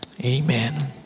Amen